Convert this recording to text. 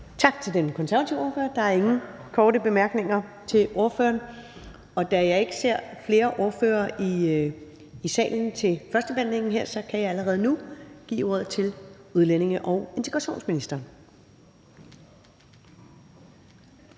Tak til den konservative ordfører. Der er ingen korte bemærkninger til ordføreren. Og da jeg ikke ser flere ordførere i salen til førstebehandlingen her, kan jeg allerede nu give ordet til udlændinge- og integrationsministeren.